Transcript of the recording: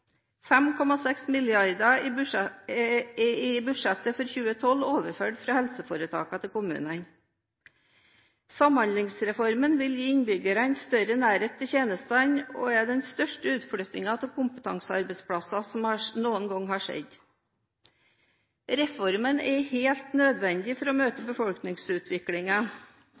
5,6 mrd. kr er i budsjettet for 2012 overført fra helseforetakene til kommunene. Samhandlingsreformen vil gi innbyggerne større nærhet til tjenestene og er den største utflyttingen av kompetansearbeidsplasser som noen gang har skjedd. Reformen er helt nødvendig for å møte